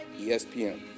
ESPN